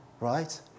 right